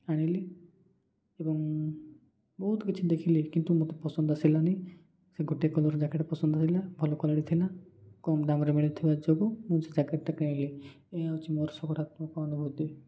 ଆଣିଲି ଏବଂ ବହୁତ କିଛି ଦେଖିଲି କିନ୍ତୁ ମୋତେ ପସନ୍ଦ ଆସିଲାନି ସେ ଗୋଟେ କଲର୍ ଜ୍ୟାକେଟ୍ ପସନ୍ଦ ଆସିଲା ଭଲ କ୍ଵାଲିଟି ଥିଲା କମ୍ ଦାମ୍ରେ ମିଳୁଥିବା ଯୋଗୁଁ ମୁଁ ସେ ଜ୍ୟାକେଟ୍ଟା କିଣିଲି ଏହା ହେଉଛି ମୋର ସକଠାରୁ ନକାରାତ୍ମକ ଅନୁଭୂତି